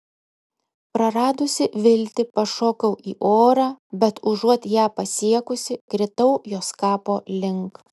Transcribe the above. praradusi viltį pašokau į orą bet užuot ją pasiekusi kritau jos kapo link